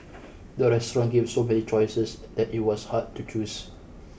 the restaurant gave so many choices that it was hard to choose